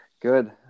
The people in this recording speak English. good